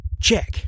Check